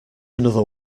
another